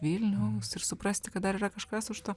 vilniaus ir suprasti kad dar yra kažkas už to